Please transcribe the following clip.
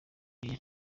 iyo